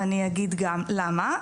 ואני אגיד גם למה.